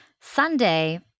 Sunday